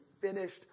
finished